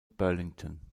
burlington